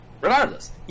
Regardless